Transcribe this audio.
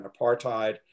apartheid